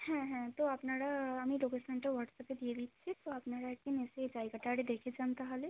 হ্যাঁ হ্যাঁ তো আপনারা আমি লোকেশনটা হোয়াটসঅ্যাপে দিয়ে দিচ্ছি তো আপনারা এক দিন এসে জায়গাটাকে দেখে যান তাহলে